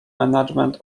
management